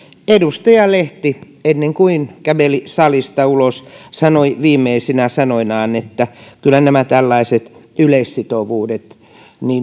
edustaja lehti ennen kuin käveli salista ulos sanoi viimeisinä sanoinaan että kyllä nämä tällaiset yleissitovuudet